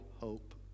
hope